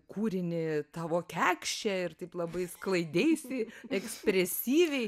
kūrinį tavo kekšė ir taip labai sklaideisi ekspresyviai